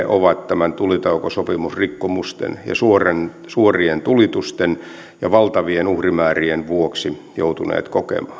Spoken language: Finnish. ovat näiden tulitaukosopimusrikkomusten ja suorien suorien tulitusten ja valtavien uhrimäärien vuoksi joutuneet